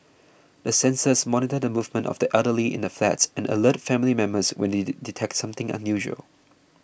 the sensors monitor the movements of the elderly in the flats and alert family members when they detect something unusual